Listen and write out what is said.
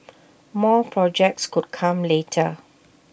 more projects could come later